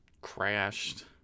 crashed